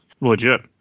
legit